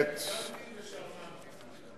זה היה אלגנטי ושרמנטי מה שאמרת.